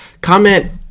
comment